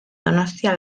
donostia